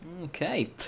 Okay